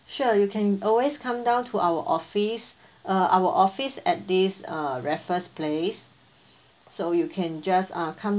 sure you can always come down to our office uh our office at this uh raffles place so you can just come